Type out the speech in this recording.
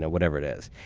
whatever it is.